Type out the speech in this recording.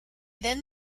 then